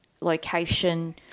location